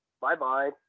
Bye-bye